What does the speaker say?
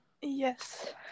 Yes